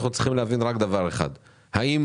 אנחנו צריכים להבין רק דבר אחד והוא האם